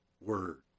word